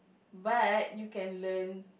but you can learn